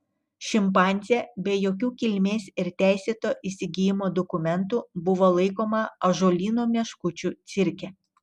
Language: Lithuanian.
šimpanzė be jokių kilmės ir teisėto įsigijimo dokumentų buvo laikoma ąžuolyno meškučių cirke